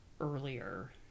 earlier